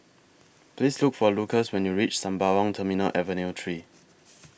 Please Look For Lucas when YOU REACH Sembawang Terminal Avenue three